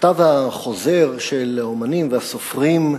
במכתב החוזר של האמנים והסופרים,